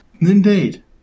indeed